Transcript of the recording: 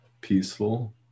peaceful